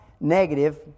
negative